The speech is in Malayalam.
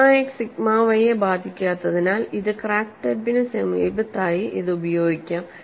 സിഗ്മ എക്സ് സിഗ്മ വൈയെ ബാധിക്കാത്തതിനാൽ ഇത് ക്രാക്ക് ടിപ്പിന് സമീപത്തായി ഇത് ഉപയോഗിക്കാം